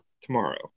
tomorrow